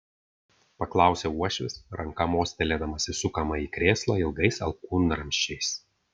paklausė uošvis ranka mostelėdamas į sukamąjį krėslą ilgais alkūnramsčiais